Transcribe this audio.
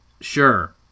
Sure